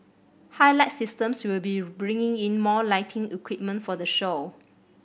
Highlight Systems will be bringing in more lighting equipment for the show